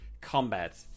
combat